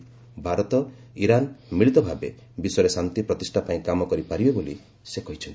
ଉଭୟ ଭାରତ ଓ ଇରାନ୍ ମିଳିତ ଭାବେ ବିଶ୍ୱରେ ଶାନ୍ତି ପ୍ରତିଷ୍ଠା ପାଇଁ କାମ କରିପାରିବେ ବୋଲି ସେ କହିଚ୍ଛନ୍ତି